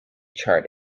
chart